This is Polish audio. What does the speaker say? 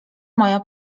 moja